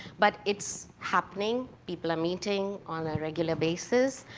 but it's happening, people are meeting on a regular basis.